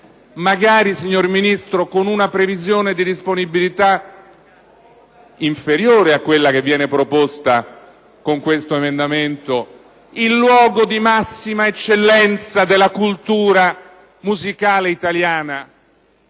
magari, signor Ministro, anche con una previsione di disponibilità inferiore a quella che viene proposta con questo emendamento - il luogo di massima eccellenza della cultura musicale italiana